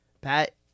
Pat